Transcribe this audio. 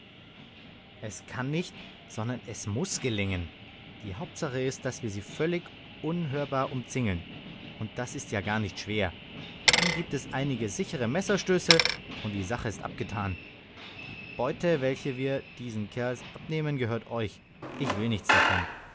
es kann nicht sondern es muß gelingen die hauptsache ist daß wir sie völlig unhörbar umzingeln und das ist ja gar nicht schwer dann gibt es einige sichere messerstöße und die sache ist abgetan die beute welche wir diesen kerls abnehmen gehört euch ich will nichts davon